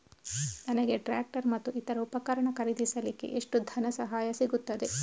ನನಗೆ ಟ್ರ್ಯಾಕ್ಟರ್ ಮತ್ತು ಇತರ ಉಪಕರಣ ಖರೀದಿಸಲಿಕ್ಕೆ ಎಷ್ಟು ಧನಸಹಾಯ ಸಿಗುತ್ತದೆ?